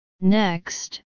Next